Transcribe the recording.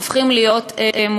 הופכים להיות מופקרים.